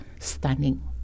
stunning